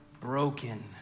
broken